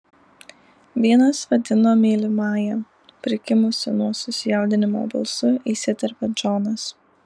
vienas vadino mylimąja prikimusiu nuo susijaudinimo balsu įsiterpia džonas